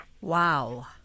Wow